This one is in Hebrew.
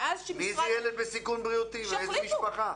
ואז שמשרד --- מי זה ילד בסיכון בריאותי ואיזה משפחה.